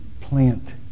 plant